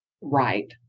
Right